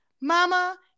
mama